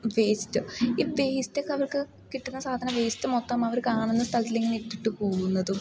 waste ഈ വേസ്റ്റൊക്കെ അവർക്ക് കിട്ടുന്ന സാധനം വേസ്റ്റ് മൊത്തം അവർ കാണുന്ന സ്ഥലത്തിലിങ്ങനെ ഇട്ടിട്ട് പോകുന്നതും